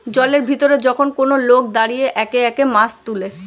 জলের ভিতরে যখন কোন লোক দাঁড়িয়ে একে একে মাছ তুলে